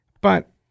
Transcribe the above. but-